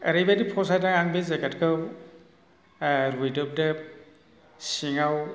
ओरैबायदि फसायदों आं बे जेकेटखौ रुइदोबदोब सिङाव